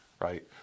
right